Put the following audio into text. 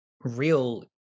real